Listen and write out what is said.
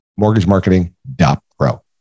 Mortgagemarketing.pro